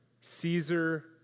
Caesar